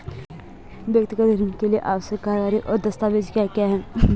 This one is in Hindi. व्यक्तिगत ऋण के लिए आवश्यक कार्यवाही और दस्तावेज़ क्या क्या हैं?